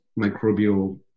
microbial